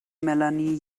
melanie